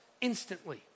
instantly